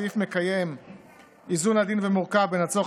הסעיף מקיים איזון עדין ומורכב בין הצורך